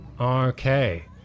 Okay